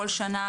כל שנה,